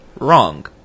wrong